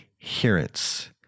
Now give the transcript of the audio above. adherence